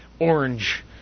Orange